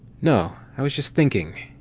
no, i was just thinking.